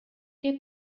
che